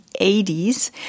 80s